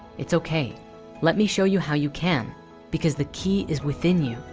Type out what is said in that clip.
it's okay let me show you how you can because the key is within you